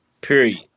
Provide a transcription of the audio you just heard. Period